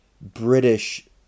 British